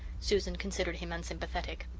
susan considered him unsympathetic.